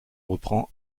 reprend